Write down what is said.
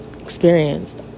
experienced